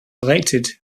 elected